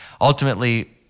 ultimately